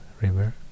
river